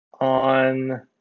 on